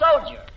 soldier